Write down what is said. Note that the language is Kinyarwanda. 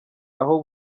aho